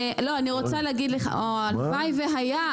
הלוואי והיה.